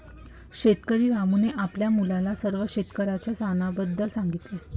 शेतकरी रामूने आपल्या मुलाला सर्व शेतकऱ्यांच्या सणाबद्दल सांगितले